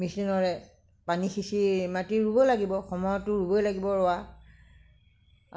মেচিনৰে পানী সিচি মাটি ৰুব লাগিব সময়ততো ৰুবই লাগিব ৰোৱা